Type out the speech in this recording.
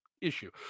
issue